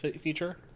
feature